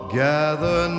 gather